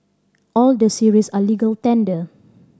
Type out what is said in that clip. all the series are legal tender